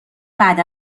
بعد